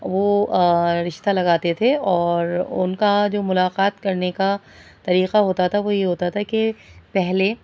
وہ رشتہ لگاتے تھے اور ان کا جو ملاقات کرنے کا طریقہ ہوتا تھا وہ یہ ہوتا تھا کہ پہلے